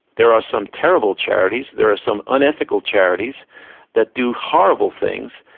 there are some terrible charities, there are some unethical charities that do horrible things,